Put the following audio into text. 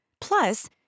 Plus